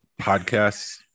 podcasts